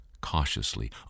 cautiously